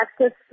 access